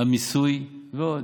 המיסוי ועוד.